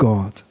God